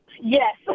yes